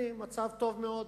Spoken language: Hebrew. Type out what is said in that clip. הנה, מצב טוב מאוד.